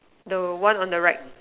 the one on the right